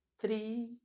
three